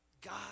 God